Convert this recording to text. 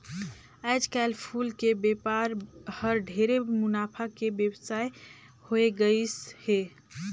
आयज कायल फूल के बेपार हर ढेरे मुनाफा के बेवसाय होवे गईस हे